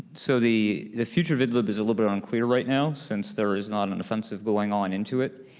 so the the future of idlib is a little bit unclear right now since there is not an offensive going on into it.